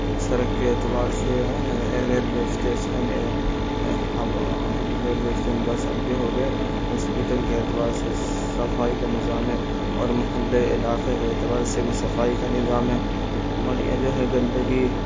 سڑک کے اعتبار سے ریلوے اسٹیسن ہوا ریلوے اسٹین بس اڈے ہو گئے ہاسپیٹل کے اعتبار سے صفائی کا نظام ہے اور محلے علاقے کے اعتبار سے بھی صفائی کا نظام ہے ہمارے یہاں جو ہے گندگی